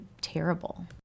terrible